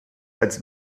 als